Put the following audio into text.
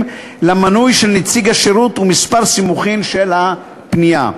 למנוי של נציג השירות ומספר סימוכין של הפנייה.